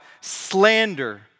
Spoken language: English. slander